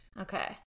Okay